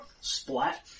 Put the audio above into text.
Splat